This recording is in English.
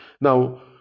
Now